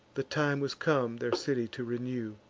the time was come their city to renew.